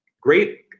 great